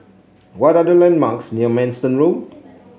what are the landmarks near Manston Road